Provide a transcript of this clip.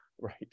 Right